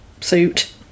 suit